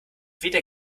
weder